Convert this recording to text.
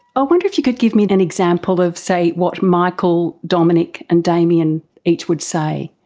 i wonder if you could give me an an example of, say, what michael, dominic and damien each would say.